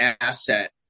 asset